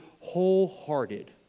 wholehearted